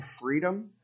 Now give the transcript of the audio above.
freedom